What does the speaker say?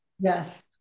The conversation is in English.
Yes